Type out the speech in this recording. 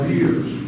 years